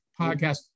podcast